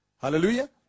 Hallelujah